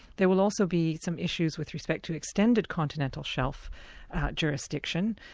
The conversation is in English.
there will also be some issues with respect to extended continental shelf jurisdiction.